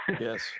Yes